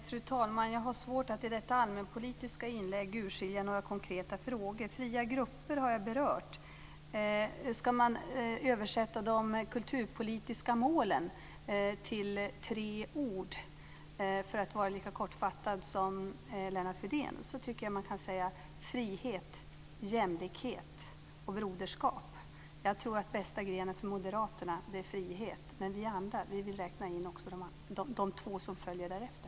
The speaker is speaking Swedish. Fru talman! Jag har svårt att i detta allmänpolitiska inlägg urskilja några konkreta frågor. Fria grupper har jag berört. Ska man översätta de kulturpolitiska målen till tre ord, för att vara lika kortfattad som Lennart Fridén, tycker jag att man kan säga: Frihet, jämlikhet, broderskap. Jag tror att bästa grenen för moderaterna är frihet. Men vi andra vi vill räkna in också de två som följer därefter.